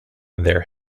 their